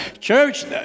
Church